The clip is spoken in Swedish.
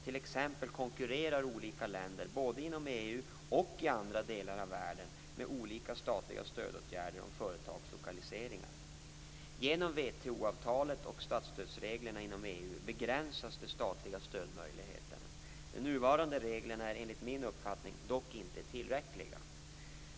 T.ex. konkurrerar olika länder, både inom EU och i andra delar av världen, med olika statliga stödåtgärder om företags lokaliseringar. Genom WTO-avtalet och statsstödsreglerna inom EU begränsas de statliga stödmöjligheterna. De nuvarande reglerna är enligt min uppfattning dock inte tillräckliga.